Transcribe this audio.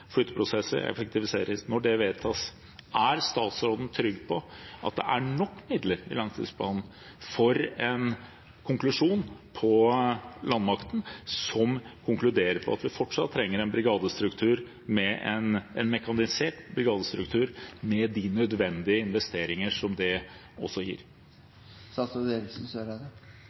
flytteprosesser, effektiviseringer – er statsråden trygg på at det er nok midler i langtidsplanen for en konklusjon når det gjelder landmakten, om at vi fortsatt trenger en mekanisert brigadestruktur med de nødvendige investeringer som det også gir?